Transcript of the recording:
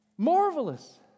Marvelous